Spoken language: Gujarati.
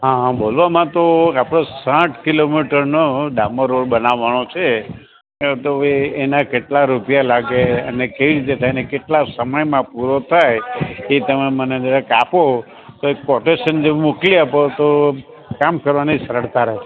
હાં હાં બોલવામાં તો આપણે સાઠ કિલોમીટરનો ડામર રોડ બનાવવાનો છે એ તો હવે એના કેટલા રૂપિયા લાગે અને કઈ રીતે થાય ને કેટલા સમયમાં પૂરો થાય એ તમે મને જરાક આપો તો એક કોટેશન જેવું મોકલી આપો તો કામ કરવાની સરળતા રહે